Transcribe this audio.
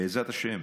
בעזרת השם,